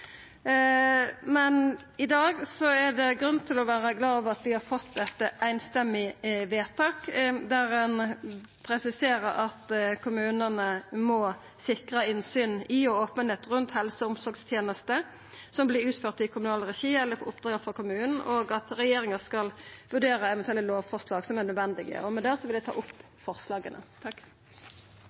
Men i dag er det grunn til å vera glad for at vi har fått dette samrøystes vedtaket, der ein presiserer at kommunane må sikra innsyn i og openheit rundt helse- og omsorgstenester som vert utførte i kommunal regi eller på oppdrag frå kommunen, og at regjeringa skal vurdera eventuelle lovforslag som er nødvendige. Med det vil eg ta opp forslaga